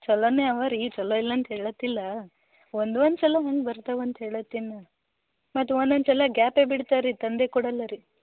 ಚಲೋನೆ ಅವ ರೀ ಚಲೋ ಇಲ್ಲಂತ ಹೇಳಾತ್ತಿಲ್ಲ ಒಂದೊಂದು ಸಲ ಹಂಗೆ ಬರ್ತಾವಂತ ಹೇಳಾತ್ತೀನಿ ಮತ್ತು ಒಂದೊಂದು ಸಲ ಗ್ಯಾಪೇ ಬಿಡ್ತಾ ರೀ ತಂದು ಕೊಡಲ್ಲ ರೀ